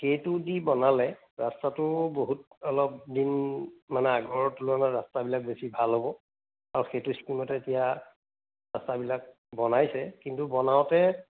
সেইটো দি বনালে ৰাস্তাটো বহুত অলপ দিন মানে আগৰ তুলনাত ৰাস্তাবিলাক বেছি ভাল হ'ব আৰু সেইটো স্কীমতে এতিয়া ৰাস্তাবিলাক বনাইছে কিন্তু বনাওঁতে